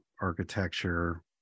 architecture